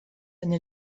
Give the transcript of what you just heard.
eine